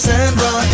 Sandra